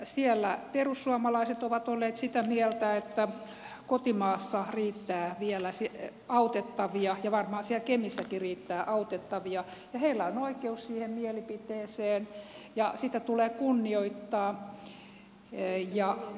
siellä perussuomalaiset ovat olleet sitä mieltä että kotimaassa riittää vielä autettavia varmaan siellä kemissäkin riittää autettavia ja heillä on oi keus siihen mielipiteeseen ja sitä tulee kunnioittaa